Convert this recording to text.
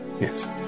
Yes